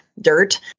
dirt